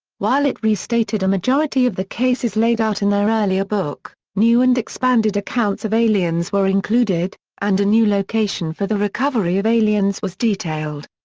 while it restated a majority of the case as laid out in their earlier book, new and expanded accounts of aliens were included, and a new location for the recovery of aliens was detailed.